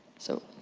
so,